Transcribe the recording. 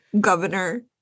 governor